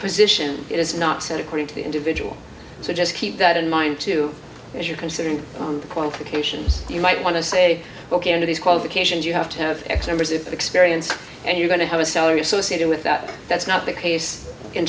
position it is not set according to the individual so just keep that in mind too as you're considering the qualifications you might want to say ok under these qualifications you have to have x numbers of experience and you're going to have a salary associated with that but that's not the case in